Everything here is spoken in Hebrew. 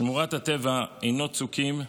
שמורת הטבע עיינות צוקים,